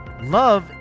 Love